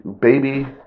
baby